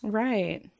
right